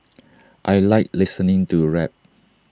I Like listening to rap